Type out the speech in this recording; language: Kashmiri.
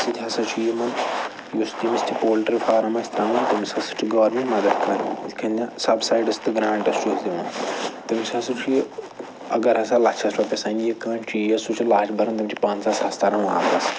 تٔتھۍ سۭتۍ ہَسا چھُ یِمن یُس تٔمِس تہِ پولٹرٛی فارَم آسہِ ترٛاوُن تٔمِس ہَسا چھُ گورمٮ۪نٛٹ مَدَد کَران یِتھ کٔنہِ سَبسایڈَس تہٕ گرٛانٛٹس چھُس دِوان تٔمِس ہَسا چھُ یہِ اگر ہَسا لَچھَس رۄپیَس اَنہِ یہِ کانٛہہ چیٖز سُہ چھُ لچھ بَران تٔمِس چھِ پنٛژاہ ساس تَران واپَس